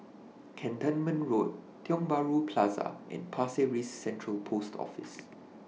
Cantonment Road Tiong Bahru Plaza and Pasir Ris Central Post Office